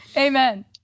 Amen